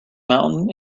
mountain